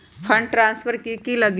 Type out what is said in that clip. Fund transfer कि की लगी?